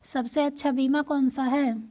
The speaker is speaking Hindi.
सबसे अच्छा बीमा कौन सा है?